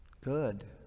Good